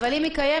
אבל אם היא קיימת,